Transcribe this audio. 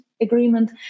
agreement